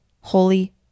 Holy